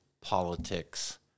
politics